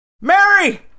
Mary